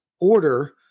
order